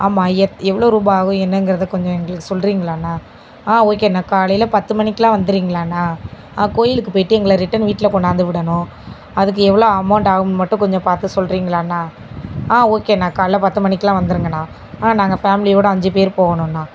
ஆமாம் எவ் எவ்வளோ ரூபாய் ஆகும் என்னங்கிறத கொஞ்சம் எங்களுக்கு சொல்றீகங்ளாண்ணா ஆ ஓகேண்ணா காலையில் பத்து மணிக்குலாம் வந்துடுறீங்களாண்ணா கோயிலுக்கு போயிட்டு எங்களை ரிட்டர்ன் வீட்டில் கொண்டாந்து விடணும் அதுக்கு எவ்வளோ அமௌண்ட் ஆகும்னு மட்டும் கொஞ்சம் பார்த்து சொல்றீங்ளாண்ணா ஆ ஓகேண்ணா காலையில் பத்து மணிக்குல்லாம் வந்துடுங்கண்ணா நாங்கள் ஃபேமிலியோட அஞ்சு பேர் போகணும்ண்ணா